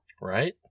Right